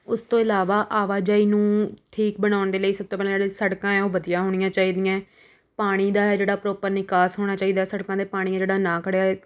ਉਸ ਤੋਂ ਇਲਾਵਾ ਆਵਾਜ਼ਾਈ ਨੂੰ ਠੀਕ ਬਣਾਉਣ ਦੇ ਲਈ ਸਭ ਤੋਂ ਪਹਿਲਾਂ ਜਿਹੜੀ ਸੜਕਾਂ ਹੈ ਉਹ ਵਧੀਆ ਹੋਣੀ ਚਾਹੀਦੀਆਂ ਹੈ ਪਾਣੀ ਦਾ ਹੈ ਜਿਹੜਾ ਪਰੋਪਰ ਨਿਕਾਸ ਹੋਣਾ ਚਾਹੀਦਾ ਸੜਕਾਂ ਦੇ ਪਾਣੀ ਹੈ ਜਿਹੜਾ ਨਾ ਖੜਿਆ ਹੈ